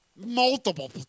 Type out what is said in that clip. Multiple